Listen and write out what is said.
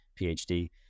PhD